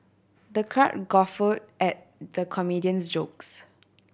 the crowd guffawed at the comedian's jokes